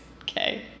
Okay